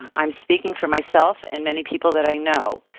i'm speaking for myself and many people that i know.